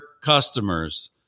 customers